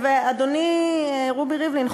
ואדוני רובי ריבלין,